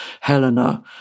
Helena